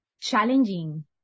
challenging